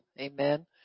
Amen